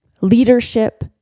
Leadership